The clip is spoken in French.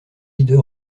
leader